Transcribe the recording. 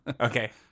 Okay